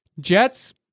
Jets